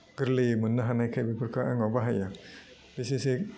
गोरलैयै मोननो हानायखाय बेफोरखौ आङो बाहाइयो बिसेसयै